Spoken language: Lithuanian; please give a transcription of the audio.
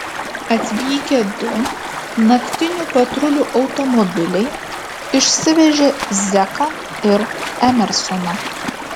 atvykę du naktinių patrulių automobiliai išsivežė zeką ir emersoną